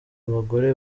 abagore